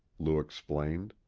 lou explained.